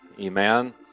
Amen